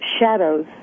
shadows